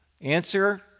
Answer